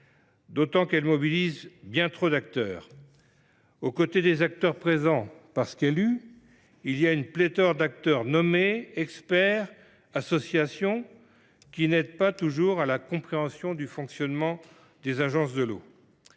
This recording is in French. qu’elle mobilise bien trop d’acteurs. Aux côtés des acteurs présents parce qu’élus, on trouve en effet pléthore d’acteurs nommés, d’experts ou d’associations, qui n’aident pas toujours à la compréhension du fonctionnement des agences de l’eau.